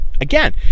Again